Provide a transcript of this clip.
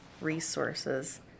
resources